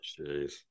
Jeez